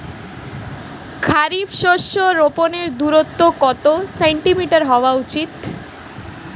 খারিফ শস্য রোপনের দূরত্ব কত সেন্টিমিটার হওয়া উচিৎ?